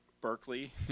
Berkeley